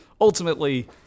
ultimately